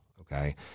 Okay